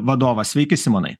vadovas sveiki simonai